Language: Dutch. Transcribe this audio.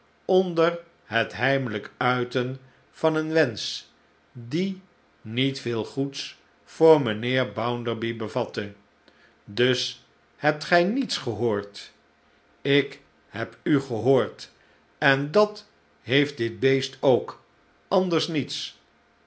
onder het heimelijk uiten van een wensch die niet veel goeds voor mijnheer bounderby bevatte dus hebt gij niets gehoord ik heb u gehoord en dat heeft dit beest ook anders niets